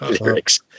Lyrics